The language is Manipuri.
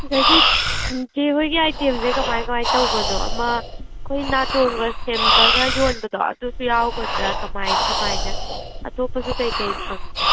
ꯑꯗꯒꯤ ꯆꯦ ꯍꯣꯏꯒꯤ ꯑꯥꯏꯇꯦꯝꯁꯦ ꯀꯃꯥꯏꯅ ꯀꯃꯥꯏꯅ ꯇꯧꯕꯅꯣ ꯑꯃ ꯑꯩꯈꯣꯏ ꯅꯥꯆꯣꯝꯒ ꯁꯦꯝꯕꯒ ꯌꯣꯟꯕꯗꯣ ꯑꯗꯨꯁꯨ ꯌꯥꯎꯒꯗ꯭ꯔꯥ ꯀꯃꯥꯏꯅ ꯀꯃꯥꯏꯅ ꯑꯇꯣꯞꯄꯁꯨ ꯀꯔꯤ ꯀꯔꯤ ꯐꯪꯒꯦ